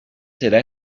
será